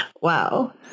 Wow